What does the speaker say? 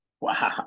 Wow